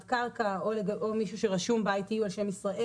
קרקע או מישהו שרשום ב-ITU על שם "ישראל",